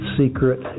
secret